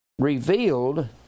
revealed